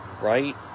right